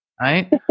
right